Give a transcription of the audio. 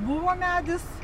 buvo medis